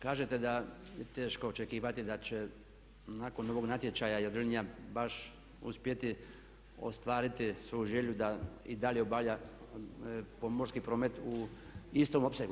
Kažete da je teško očekivati da će nakon ovog natječaja Jadrolinija baš uspjeti ostvariti svoju želju da i dalje obavlja pomorski promet u istom opsegu.